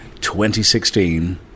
2016